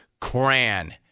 Cran